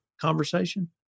conversation